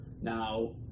now